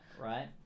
Right